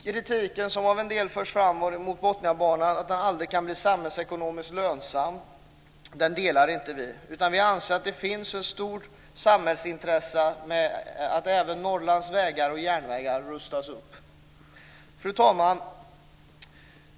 Kritiken som förs fram av en del om att Botniabanan aldrig kan bli samhällsekonomiskt lönsam delar vi inte. Vi anser att det finns ett stort samhällsintresse i att även Norrlands vägar och järnvägar rustas upp. Fru talman!